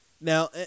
Now